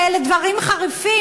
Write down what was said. ואלה דברים חריפים,